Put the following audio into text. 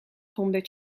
honderd